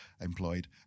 employed